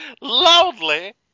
loudly